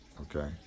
okay